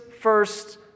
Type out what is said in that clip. first